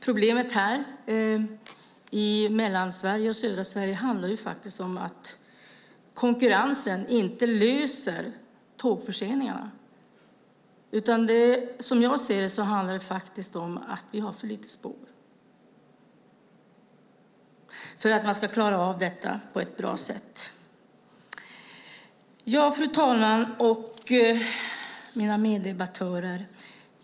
Problemet i Mellansverige och södra Sverige handlar om att konkurrensen inte löser problemet med tågförseningarna. Som jag ser det handlar det om att vi har för lite spår för att man ska klara av detta på ett bra sätt. Fru talman och mina meddebattörer!